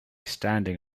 standing